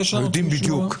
יודעים בדיוק.